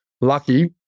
lucky